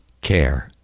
care